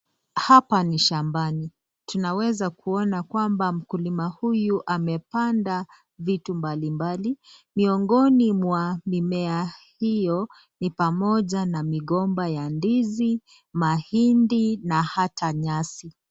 Hapa ni shambani. Tunaweza kuona kwamba mkulima huyu amepanda vitu mbalimbali. Miongoni mwa mimea hiyo ni pamoja na migomba ya ndizi, mahindi na hata nyasi.